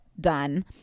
Done